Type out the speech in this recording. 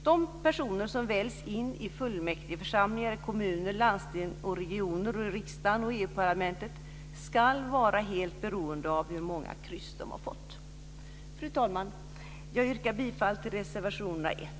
De personer som väljs in i fullmäktigeförsamlingar i kommuner, landsting och regioner, i riksdagen och EU parlamentet ska vara helt beroende av hur många kryss de har fått. Fru talman! Jag yrkar bifall till reservationerna 1